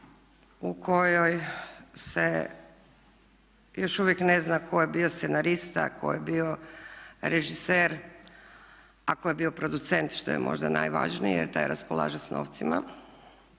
u kojoj se još uvijek ne zna tko je bio scenarista, tko je bio režiser, a tko je bio producent što je možda najvažnije jer taj raspolaže sa novcima.